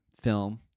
film